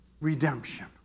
Redemption